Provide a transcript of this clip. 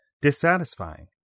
dissatisfying